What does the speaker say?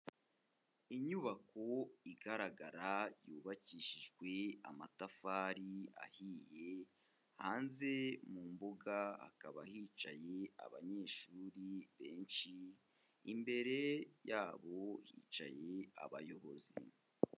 Inyubako igaragara yubakishijwe amatafari ahiye, hanze mu mbuga hakaba hicaye abanyeshuri benshi, imbere yabo hicaye abayobozi.